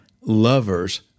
lovers